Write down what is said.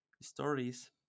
stories